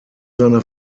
seiner